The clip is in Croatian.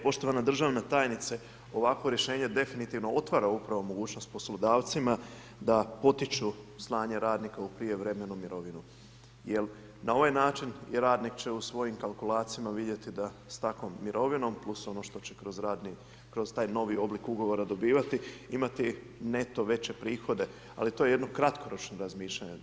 Poštovana Državna tajnice ovakvo rješenje definitivno otvara upravo mogućnost poslodavcima da potiču slanje radnika u prijevremenu mirovinu jer na ovaj način radnik će u svojim kalkulacijama vidjeti da s takvom mirovinom plus ono što će kroz radni, kroz taj novi oblik ugovora dobivati imati neto veće prihode, ali to je jedno kratkoročno razmišljanje.